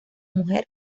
mujer